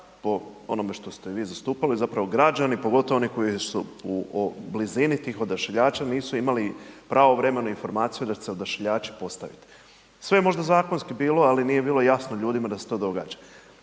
po onome što ste vi zastupali, zapravo građani, pogotovo oni koji su u blizini tih odašiljača nisu imali pravovremenu informaciju da će se odašiljači ostaviti. Sve je možda zakonski bilo ali nije bilo jasno ljudima da se to događa.